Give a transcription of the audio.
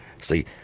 See